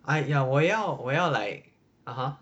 ah ya 我要我要 like (uh huh)